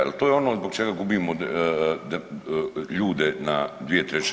Jel to je ono zbog čega gubimo ljude na 2/